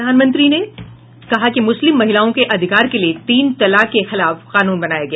प्रधानमंत्री ने कहा कि मुस्लिम महिलाओं के अधिकार के लिये तीन तलाक के खिलाफ कानून बनाया गया